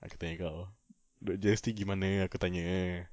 aku tanya engkau duit G_S_T pergi mana aku tanya